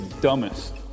dumbest